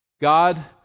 God